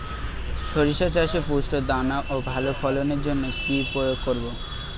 শরিষা চাষে পুষ্ট দানা ও ভালো ফলনের জন্য কি প্রয়োগ করব?